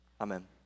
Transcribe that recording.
Amen